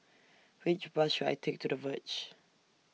Which Bus should I Take to The Verge